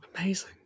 Amazing